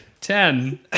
Ten